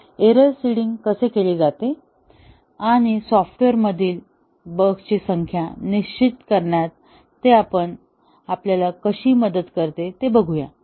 तर error seeding कसे केले जाते आणि सॉफ्टवेअरमधील बग्सची संख्या निश्चित करण्यात ते आपल्याला कशी मदत करते ते बघू या